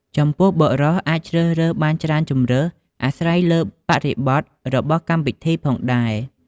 ចំពោះបុរសអាចជ្រើសរើសបានច្រើនជម្រើស អាស្រ័យលើបរិបទរបស់កម្មពិធីផងដែរ។